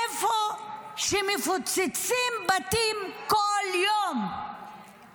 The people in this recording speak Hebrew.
איפה שמפוצצים בתים כל יום,